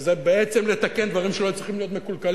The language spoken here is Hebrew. וזה בעצם לתקן דברים שלא היו צריכים להיות מקולקלים,